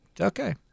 Okay